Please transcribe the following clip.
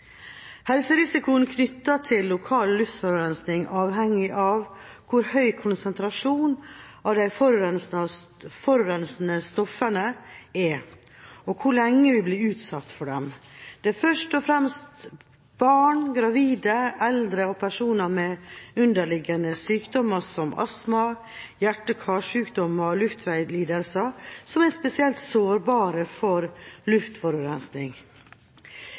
Helserisikoen knyttet til lokal luftforurensning avhenger av hvor høy konsentrasjonen av de forurensende stoffene er, og hvor lenge vi blir utsatt for dem. Det er først og fremst barn, gravide, eldre og personer med underliggende sykdommer som astma, hjerte- og karsykdommer og luftveislidelser som er spesielt sårbare for luftforurensning.